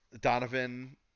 Donovan